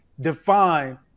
define